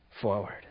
forward